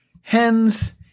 hens